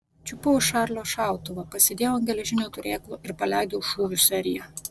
čiupau iš čarlio šautuvą pasidėjau ant geležinio turėklo ir paleidau šūvių seriją